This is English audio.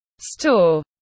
store